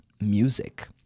music